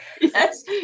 Yes